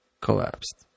collapsed